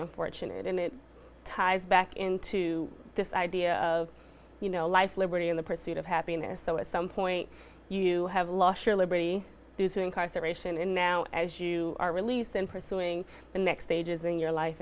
unfortunate and it ties back into this idea of you know life liberty and the pursuit of happiness so at some point you have lost your liberty due to incarceration and now as you are release in pursuing the next stages in your life